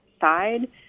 side